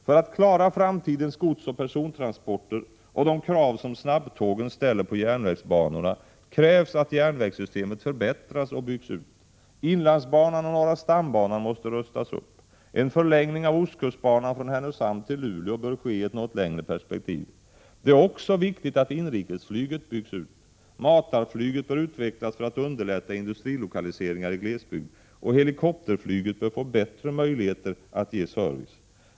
För att klara framtidens godsoch persontransporter, och de krav som snabbtågen ställer på järnvägsbanorna, fordras att järnvägssystemet förbättras och byggs ut. Inlandsbanan och norra stambanan måste rustas upp. En förlängning av ostkustbanan från Härnösand till Luleå bör ske i ett något längre perspektiv. Det är också viktigt att inrikesflyget byggs ut. 17 Matarflyget bör utvecklas för att underlätta industrilokaliseringar i glesbygd, och helikopterflyget bör få bättre möjligheter att ge service.